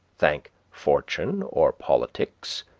thank fortune or politics,